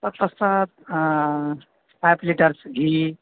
तत् पश्चात् आप्लिटर्स् घी